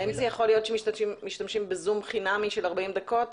האם יכול להיות שמשתמשים ב-זום חינמי של 40 דקות?